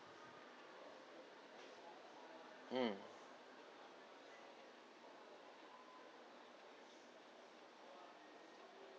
mm